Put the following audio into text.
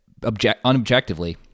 unobjectively